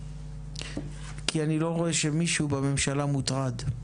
כי אני לא רואה שמישהו בממשלה מוטרד.